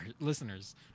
listeners